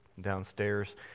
downstairs